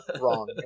wrong